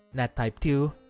nat type two,